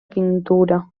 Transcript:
pintura